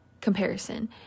comparison